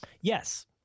Yes